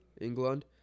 England